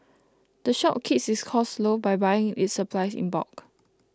the shop keeps its costs low by buying its supplies in bulk